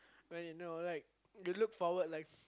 when you know like you look forward like